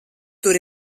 tur